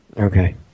Okay